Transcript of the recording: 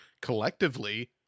collectively